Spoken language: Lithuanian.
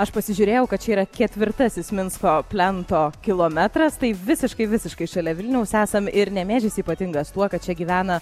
aš pasižiūrėjau kad čia yra ketvirtasis minsko plento kilometras tai visiškai visiškai šalia vilniaus esam ir nemėžis ypatingas tuo kad čia gyvena